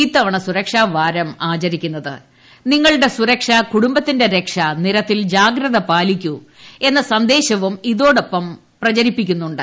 ഇത്തവണ സുരക്ഷാവാരം നിങ്ങളുടെ സുരക്ഷ കുടുംബത്തിന്റെ രക്ഷ നിരത്തിൽ ജാഗ്രത പാലിക്കൂ എന്ന സന്ദേശവും ഇതോടൊപ്പം പ്രചരിപ്പിക്കുന്നുണ്ട്